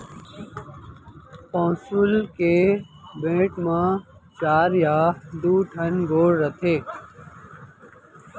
पौंसुल के बेंट म चार या दू ठन गोड़ रथे